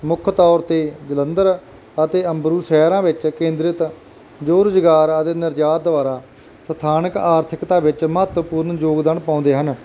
ਮੁੱਖ ਤੌਰ 'ਤੇ ਜਲੰਧਰ ਅਤੇ ਅੰਬਰੂ ਸ਼ਹਿਰਾਂ ਵਿੱਚ ਕੇਂਦਰਿਤ ਜੋ ਰੁਜ਼ਗਾਰ ਆਦਿ ਨਿਰਯਾਤ ਦੁਆਰਾ ਸਥਾਨਕ ਆਰਥਿਕਤਾ ਵਿੱਚ ਮਹੱਤਵਪੂਰਨ ਯੋਗਦਾਨ ਪਾਉਂਦੇ ਹਨ